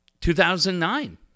2009